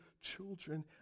children